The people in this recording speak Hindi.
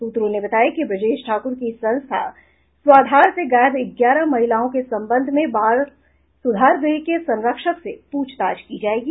सूत्रों ने बताया कि ब्रजेश ठाकूर की संस्था स्वाधार से गायब ग्यारह महिलाओं के संबंध में बाल सुधार गृह की संरक्षक से पूछताछ की जायेगी